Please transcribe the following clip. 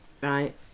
Right